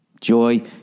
Joy